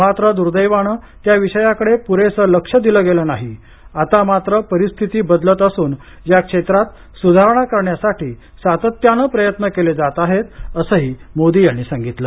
मात्र दुर्दैवानं त्या विषयाकडे पुरेसं लक्ष दिलं गेलं नाही आता मात्र परिस्थिती बदलत असून या क्षेत्रात सुधारणा करण्यासाठी सातत्यानं प्रयत्न केले जात आहेत असं मोदी म्हणाले